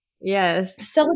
Yes